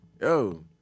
yo